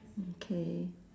okay